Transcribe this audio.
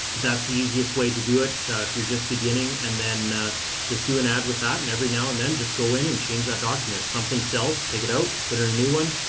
that's easiest way to do it if you're just beginning, and then just do an ad with that and every now and then just go in and change that document. if something sells, take it out, put in a new one,